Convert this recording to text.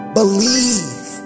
believe